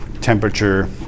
temperature